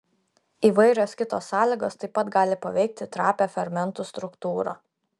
įvairios kitos sąlygos taip pat gali paveikti trapią fermentų struktūrą